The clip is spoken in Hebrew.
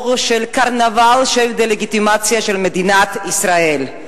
של קרנבל של דה-לגיטימציה של מדינת ישראל.